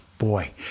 Boy